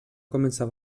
començar